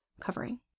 covering